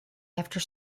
after